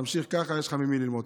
תמשיך ככה, יש לך ממי ללמוד.